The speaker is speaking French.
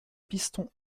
pistons